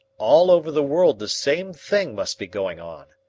all over the world the same thing must be going on,